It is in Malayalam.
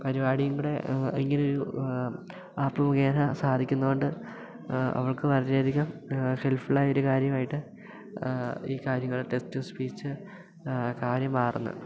പരിപാടിയുംകുടെ ഇങ്ങനെ ഒരു ആപ്പ് മുഖേന സാധിക്കുന്നതുകൊണ്ട് അവൾക്ക് വളരെയധികം ഹെൽപ്ഫുള്ള് ആയ ഒരു കാര്യമായിട്ട് ഈ കാര്യങ്ങൾ ടെക്സ്റ്റ്ടുസ്പീച്ച് കാര്യം മാറുന്നത്